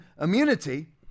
immunity